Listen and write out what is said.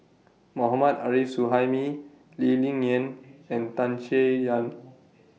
Mohammad Arif Suhaimi Lee Ling Yen and Tan Chay Yan